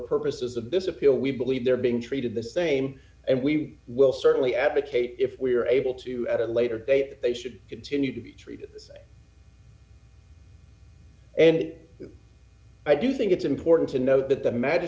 purposes of this appeal we believe they're being treated the same and we will certainly d advocate if we are able to at a later date they should continue to be treated and i do think it's important to note th